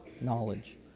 knowledge